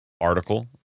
article